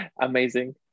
amazing